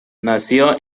nació